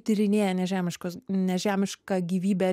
tyrinėja nežemiškos nežemišką gyvybę